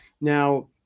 Now